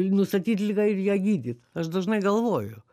nustatyt ligą ir ją gydyt aš dažnai galvoju